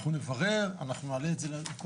אנחנו נברר, אנחנו נעשה את החיבור,